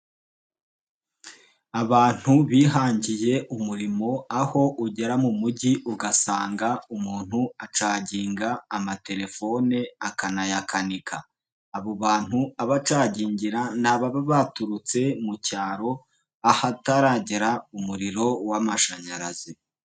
Abantu bihangiye umurimo aho ugera mu mugi ugasanga umuntu acagiga amatelefone akanayakanika. Abo bantu aba acagingira ni ababa baturutse mu cyaro, ahataragera umuriro w'amashanyarazi.